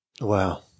Wow